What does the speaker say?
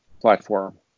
platform